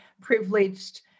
privileged